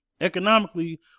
Economically